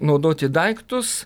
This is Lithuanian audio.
naudoti daiktus